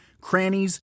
crannies